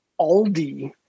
aldi